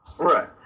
Right